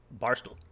barstool